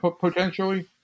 potentially